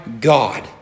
god